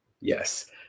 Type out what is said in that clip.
Yes